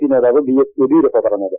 P നേതാവ് B S Yediyurappa പറഞ്ഞത്